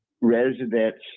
residents